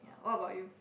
what about you